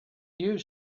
you